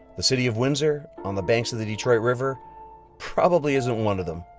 the city of windsor on the banks of the detroit river probably isn't one of them.